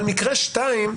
אבל מקרה שני,